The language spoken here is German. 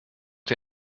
den